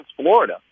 Florida